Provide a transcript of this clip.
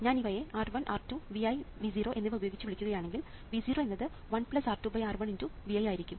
ഞാൻ ഇവയെ R1 R2 Vi V0 എന്നിവ ഉപയോഗിച്ച് വിളിക്കുകയാണെങ്കിൽ V0 എന്നത് 1 R2R1 × V i ആയിരിക്കും